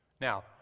Now